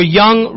young